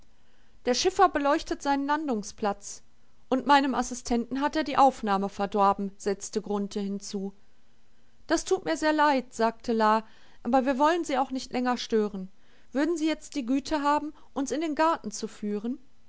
der schiffer beleuchtet seinen landungsplatz und meinem assistenten hat er die aufnahme verdorben setzte grunthe hinzu das tut mir sehr leid sagte la aber wir wollen sie auch nicht länger stören würden sie jetzt die güte haben uns in den garten zu führen